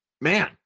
Man